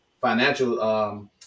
financial